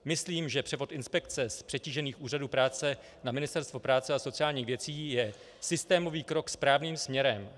Myslím, že převod inspekce z přetížených úřadů práce na Ministerstvo práce a sociálních věcí je systémový krok správným směrem.